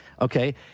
okay